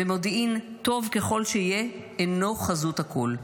ומודיעין טוב ככל שיהיה אינו חזות הכול.